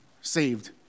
saved